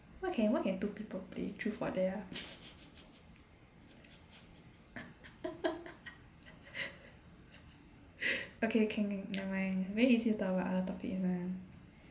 what can what can two people play truth or dare ah okay can can never mind very easy to talk about other topics [one]